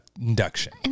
induction